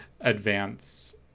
advance